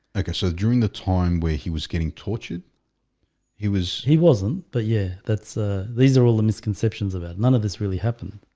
okay, so during the time where he was getting tortured he was he wasn't but yeah, that's these are all the misconceptions of it. none of this really happened.